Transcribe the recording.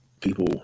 people